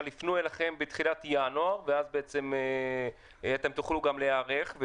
יפנו אליכם בתחילת ינואר ואז תוכלו להיערך,